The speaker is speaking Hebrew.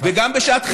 וגם בשעת חירום,